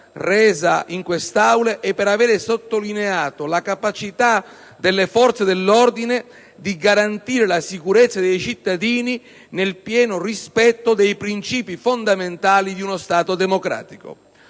resa in quest'Aula e per aver sottolineato la capacità delle forze dell'ordine di garantire la sicurezza dei cittadini nel pieno rispetto dei principi fondamentali di uno Stato democratico.